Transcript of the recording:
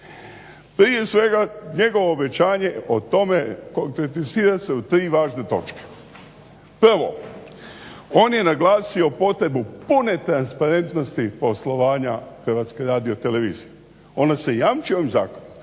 Prije svega njegovo obećanje o tome konkretizira se u tri važne točke. Prvo, on je naglasio potrebu pune transparentnosti poslovanja HRT-a, ona se jamči ovim zakonom.